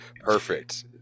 perfect